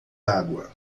água